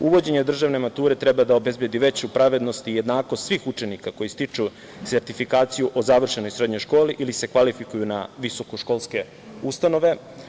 Uvođenje državne mature treba da obezbedi veću pravednost i jednakost svih učenika koji stiču sertifikaciju o završenoj srednjoj školi ili se kvalifikuju na visokoškolske ustanove.